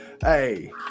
Hey